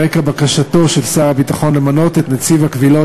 על רקע בקשתו של שר הביטחון למנות את נציב הקבילות,